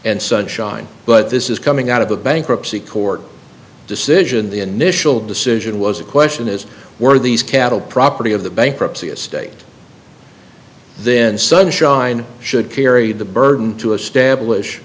and sunshine but this is coming out of a bankruptcy court decision the initial decision was the question is were these cattle property of the bankruptcy estate then sunshine should carry the burden to establish